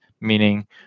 meaning